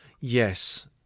Yes